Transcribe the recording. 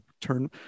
turn